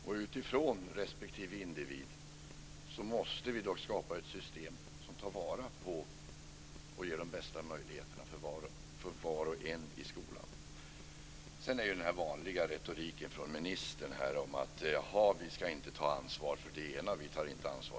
Fru talman! Jag kan instämma i den sista delen av statsrådets inlägg. Vi ska se varje barns särskilda behov. Det kan variera i tid, och det kan ha annorlunda innehåll. Utifrån respektive individ måste vi skapa ett system som tar vara på och ger de bästa möjligheterna för var och en i skolan. Sedan kommer den vanliga retoriken från ministern om att vi inte ska ta ansvar för det ena och det andra.